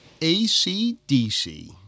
ACDC